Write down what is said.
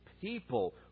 people